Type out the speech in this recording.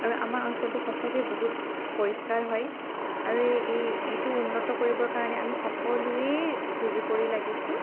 আৰু আমাৰ অঞ্চলটো সঁচাকৈ বহুত পৰিষ্কাৰ হয় আৰু এই এই এইটো উন্নত কৰিবৰ কাৰণে আমি সকলোৱেই যুঁজি পৰি লাগিছোঁ